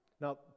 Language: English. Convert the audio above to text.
Now